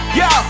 yo